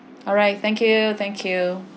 alright thank you thank you